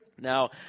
Now